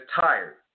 tired